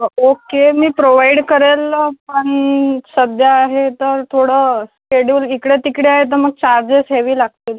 okay मी provide करेन पण सध्या हे तर थोडं शेड्यूल इकडेतिकडे आहे तर मग चार्जेस हेवी लागतील